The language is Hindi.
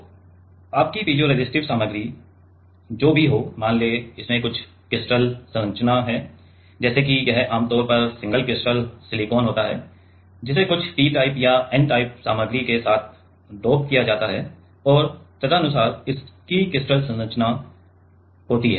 तो आपकी पीज़ोरेसिस्टिव सामग्री जो भी हो मान लें कि इसमें कुछ क्रिस्टल संरचना है जैसे कि यह आमतौर पर सिंगल क्रिस्टल सिलिकॉन होता है जिसे कुछ पी टाइप या एन टाइप सामग्री के साथ डोप किया जाता है और तदनुसार इसकी क्रिस्टल संरचना होती है